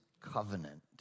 covenant